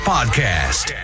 Podcast